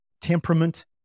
temperament